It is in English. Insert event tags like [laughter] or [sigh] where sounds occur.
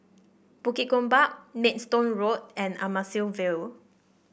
Bukit Gombak Maidstone Road and [unintelligible] Ville